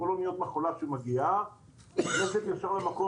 כל אוניית מכולה שמגיעה נכנסת ישר למקום